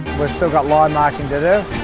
still got line marking but